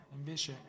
invece